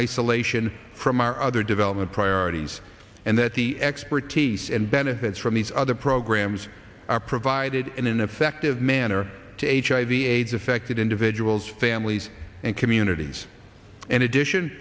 isolation from our other development priorities and that the expertise and benefits from these other programs are provided in an effective manner to hiv aids affected individuals families and communities and addition